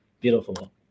Beautiful